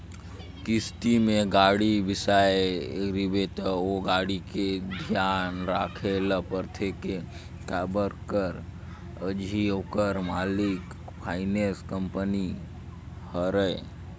किस्ती में गाड़ी बिसाए रिबे त ओ गाड़ी के धियान राखे ल परथे के काबर कर अझी ओखर मालिक फाइनेंस कंपनी हरय